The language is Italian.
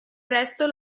resto